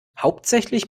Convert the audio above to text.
hauptsächlich